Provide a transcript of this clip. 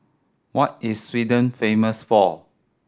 what is Sweden famous for